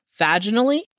vaginally